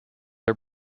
her